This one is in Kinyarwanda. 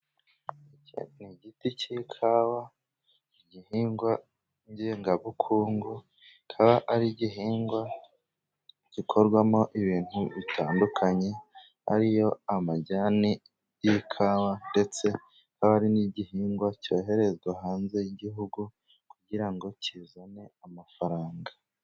Ni igiti cy'ikawa, igihingwa ngengabukungu. Kikaba ari igihingwa gikorwamo ibintu bitandukanye, ariyo amajyane y'ikawa ndetse kikaba ari n'igihingwa cyoherezwa hanze y'igihugu, kugira ngo kizane amafaranga.